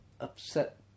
upset